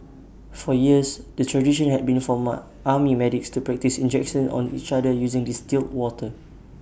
for years the tradition had been for what army medics to practise injections on each other using distilled water